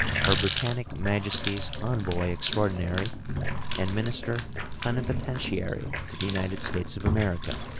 her britannic majesty's envoy extraordinary and minister plenipotentiary to the united states of america,